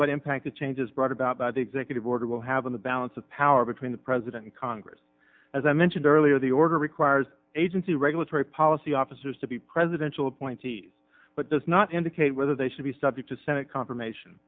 what impact the changes brought about by executive order will have on the balance of power between the president and congress as i mentioned earlier the order requires agency regulatory policy officers to be presidential appointees but does not indicate whether they should be subject to senate confirmation